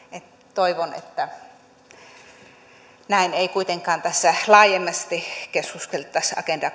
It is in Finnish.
toivon että näin ei kuitenkaan ole tässä laajemmalti keskusteltaessa agenda